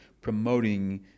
promoting